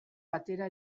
batera